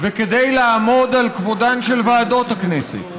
וכדי לעמוד על כבודן של ועדות הכנסת.